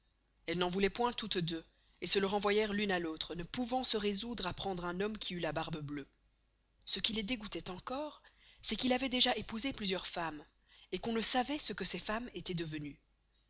elles n'en vouloient point toutes deux et se le renvoyoient l'une à l'autre ne pouvant se resoudre à prendre un homme qui eut la barbe bleuë ce qui les dégoûtoit encore c'est qu'il avoit déjà épousé plusieurs femmes et qu'on ne sçavoit ce que ces femmes estoient devenuës